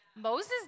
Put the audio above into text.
Moses